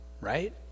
right